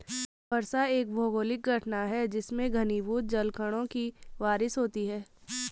वर्षा एक भौगोलिक घटना है जिसमें घनीभूत जलकणों की बारिश होती है